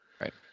Right